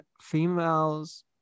females